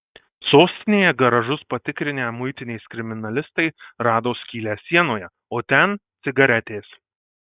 sostinėje garažus patikrinę muitinės kriminalistai rado skylę sienoje o ten cigaretės